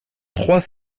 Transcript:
trois